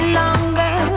longer